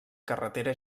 carretera